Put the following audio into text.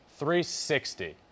360